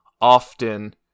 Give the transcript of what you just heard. often